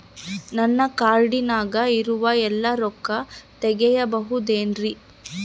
ನನ್ನ ಕಾರ್ಡಿನಾಗ ಇರುವ ಎಲ್ಲಾ ರೊಕ್ಕ ತೆಗೆಯಬಹುದು ಏನ್ರಿ?